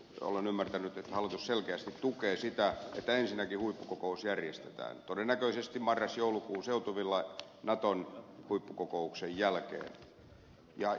olen ymmärtänyt että hallitus selkeästi tukee sitä että ensinnäkin huippukokous järjestetään todennäköisesti marrasjoulukuun seutuvilla naton huippukokouksen jälkeen